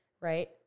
right